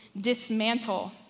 dismantle